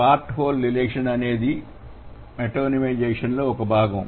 part whole relation అనేది మెటోనిమైజేషన్లో ఒక భాగం